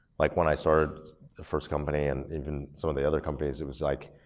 like when i started the first company and even some of the other companies it was like